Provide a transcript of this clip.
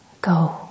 go